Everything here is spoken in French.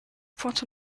pointes